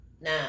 now